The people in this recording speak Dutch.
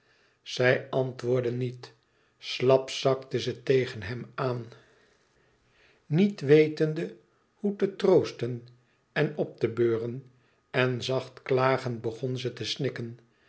zij antwoordde niet slap zakte ze tegen hem aan niet wetende hoe te troosten en op te beuren en zacht klagend begon ze te snikken